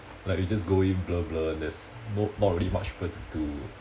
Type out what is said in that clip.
like you just go in blur blur there's no not really much people to do